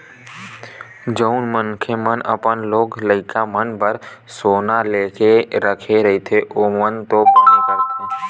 जउन मनखे मन अपन लोग लइका मन बर सोना लेके रखे रहिथे ओमन तो बने करथे